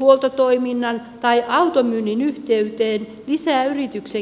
huoltotoiminnan tai automyynnin yhteyteen lisää yrityksen kilpailumahdollisuuksia